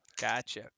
Gotcha